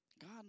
God